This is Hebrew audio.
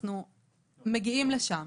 אנחנו מגיעים לשם.